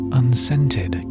unscented